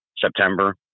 September